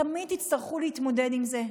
תמיד הם יצטרכו להתמודד עם זה,